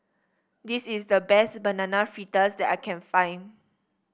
this is the best Banana Fritters that I can find